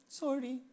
sorry